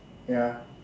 ya